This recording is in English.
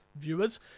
viewers